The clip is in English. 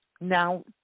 now